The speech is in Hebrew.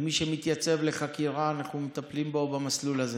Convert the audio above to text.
ומי שמתייצב לחקירה, אנחנו מטפלים בו במסלול הזה.